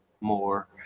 more